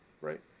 right